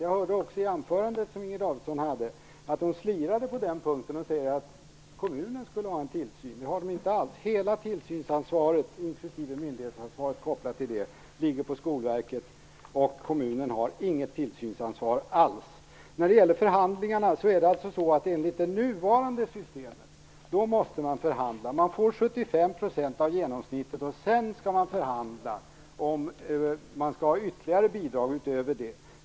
Jag hörde också i Inger Davidsons anförande att hon slirade på den punkten och sade att kommunen skulle bedriva tillsyn. Det skall den inte alls. Hela tillsynsansvaret, inklusive det myndighetsansvar som är kopplat till det, ligger på Skolverket. Kommunen har inget tillsynsansvar alls. När det gäller förhandlingarna är det enligt det nuvarande systemet som man måste förhandla. Man får 75 % av genomsnittet, och sedan skall man förhandla om huruvida man skall ha ytterligare bidrag utöver det.